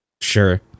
Sure